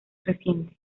reciente